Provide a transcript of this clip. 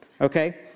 Okay